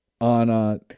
On